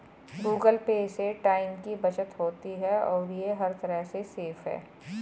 Google Pay से time की बचत होती है और ये हर तरह से सेफ है